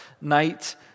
night